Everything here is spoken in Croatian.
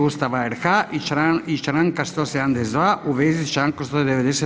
Ustava RH i Članka 172. u vezi s Člankom 190.